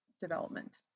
development